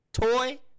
toy